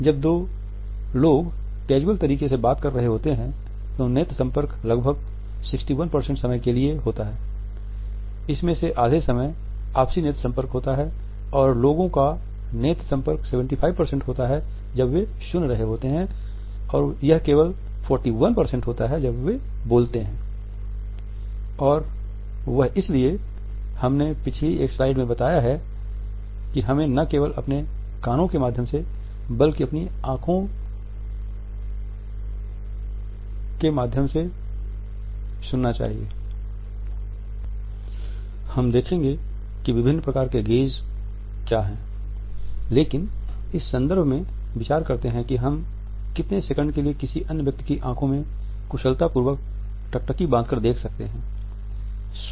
जब दो लोग कैजुअल तरीके से बात कर रहे होते हैं तो नेत्र संपर्क लगभग 61 समय के लिए होता है जिसमें से आधे समय आपसी नेत्र संपर्क होता है और लोगो का नेत्र संपर्क 75 होता हैं जब वे सुन रहे होते हैं और यह केवल 41 होता है जब वे बोलते हैं और वह इसीलिए हमने पिछली एक स्लाइड में बताया है कि हमें न केवल अपने कानों के माध्यम से बल्कि अपनी आँखों हम देखेंगे कि विभिन्न प्रकार के गेज़ क्या हैं लेकिन इस संदर्भ में विचार करते है कि हम कितने सेकंड के लिए किसी अन्य व्यक्ति की आँखों में कुशलता पूर्वक टकटकी बाँधकर देख सकते हैं